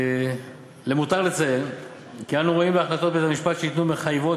למותר לציין כי אנו רואים בהחלטות בית-המשפט שניתנו מחייבות.